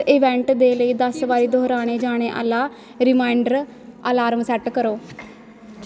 event दे लेई दस बारी दोहराने जाने आह्ला रिमाइंडर अलार्म सैट्ट करो